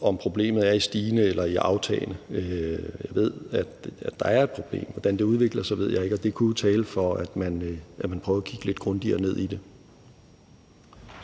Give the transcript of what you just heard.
om problemet er stigende eller aftagende. Jeg ved, at der er et problem, men hvordan det udvikler sig, ved jeg ikke, og det kunne jo tale for, at man prøvede at kigge lidt grundigere ned i det.